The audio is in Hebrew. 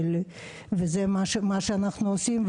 זה מה שאנחנו עושים,